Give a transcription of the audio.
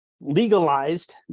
legalized